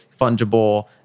fungible